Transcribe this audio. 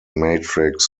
matrix